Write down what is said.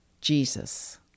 Jesus